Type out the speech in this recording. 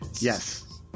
Yes